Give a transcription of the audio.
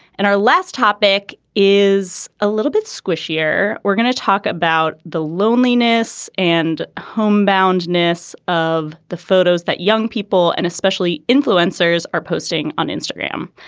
and our last topic is a little bit squishy here. we're going to talk about the loneliness and homebound ness of the photos that young people and especially influencers are posting on instagram.